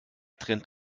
trennt